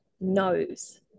knows